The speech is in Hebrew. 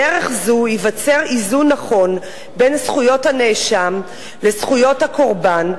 בדרך זו ייווצר איזון נכון בין זכויות הנאשם לזכויות הקורבן,